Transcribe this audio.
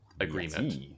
agreement